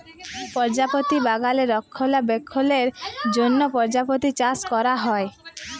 পরজাপতি বাগালে রক্ষলাবেক্ষলের জ্যনহ পরজাপতি চাষ ক্যরা হ্যয়